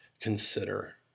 consider